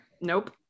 Nope